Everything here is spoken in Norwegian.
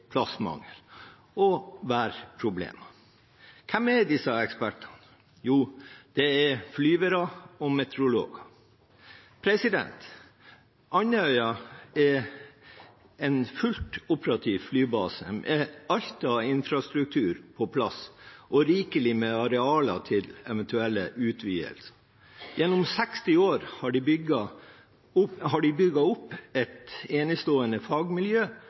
og det er værproblemer. Hvem er disse ekspertene? Jo, det er flyvere og meteorologer. Andøya er en fullt operativ flybase med alt av infrastruktur på plass og rikelig med arealer til eventuell utvidelse. Gjennom 60 år har de bygget opp et enestående fagmiljø og har